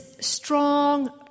strong